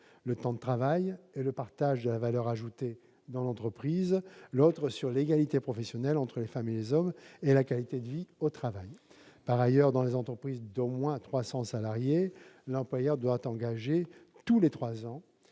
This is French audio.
le temps de travail et le partage de la valeur ajoutée dans l'entreprise ; l'autre sur l'égalité professionnelle entre les femmes et les hommes et la qualité de vie au travail. Par ailleurs, dans les entreprises d'au moins 300 salariés, l'employeur doit engager tous les trois ans